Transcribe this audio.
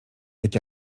jak